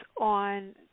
on